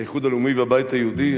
האיחוד הלאומי והבית היהודי.